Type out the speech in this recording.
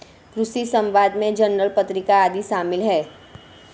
कृषि समवाद में जर्नल पत्रिका आदि शामिल हैं